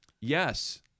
Yes